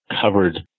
covered